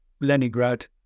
Leningrad